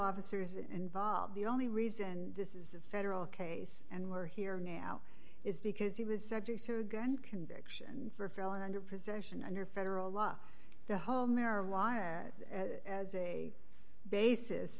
officers involved the only reason this is a federal case and we're here now is because he was said to sue again conviction for failing under possession under federal law the homeric as a basis